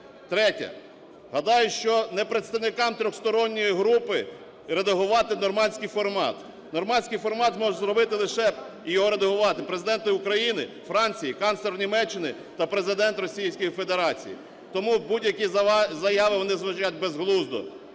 Третє. Гадаю, що не представникам тристоронньої групи редагувати нормандський формат. Нормандський формат може зробити лише, і його редагувати, президенти України, Франції, канцлер Німеччини та Президент Російської Федерації. Тому будь-які заяви вони звучать безглуздо.